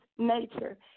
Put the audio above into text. nature